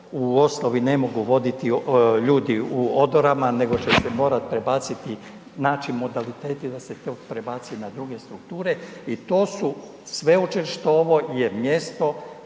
u osnovi ne mogu voditi ljudi u odorama nego će se morati prebaciti, naći modaliteti da se to prebaci na druge strukture i to su, sveučilište ovo je mjesto